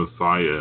Messiah